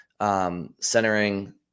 centering